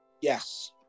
Yes